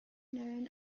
known